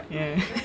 ya